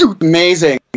amazing